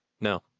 no